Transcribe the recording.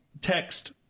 text